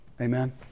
Amen